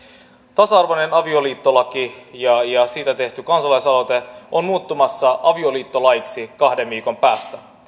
tasa arvoinen avioliittolaki ja ja siitä tehty kansalaisaloite ovat muuttumassa avioliittolaiksi kahden viikon päästä